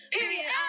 Period